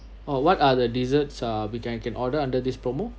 oh what are the desserts uh we can I can order under this promo